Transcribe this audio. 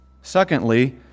Secondly